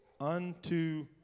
unto